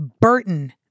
Burton